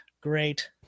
Great